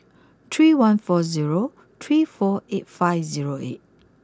three one four zero three four eight five zero eight